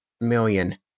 million